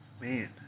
Man